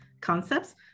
concepts